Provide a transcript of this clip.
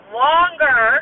longer